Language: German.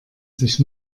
sich